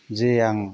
जे आं